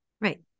Right